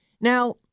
Now